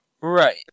Right